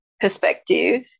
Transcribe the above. perspective